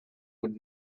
would